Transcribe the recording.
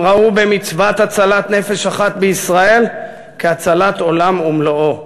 הם ראו במצוות הצלת נפש אחת בישראל כהצלת עולם ומלואו.